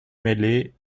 mêlée